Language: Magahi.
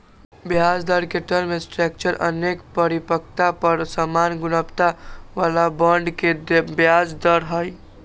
ब्याजदर के टर्म स्ट्रक्चर अनेक परिपक्वता पर समान गुणवत्ता बला बॉन्ड के ब्याज दर हइ